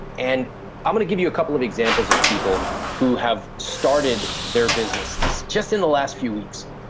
and i'm gonna give you a couple of examples of people who have started their businesses just in the last few weeks.